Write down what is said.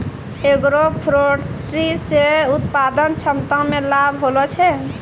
agroforestry से उत्पादन क्षमता मे लाभ होलो छै